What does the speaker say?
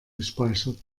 gespeichert